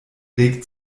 regt